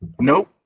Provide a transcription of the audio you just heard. Nope